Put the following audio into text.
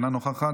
אינה נוכחת.